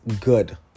good